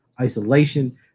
isolation